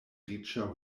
riĉa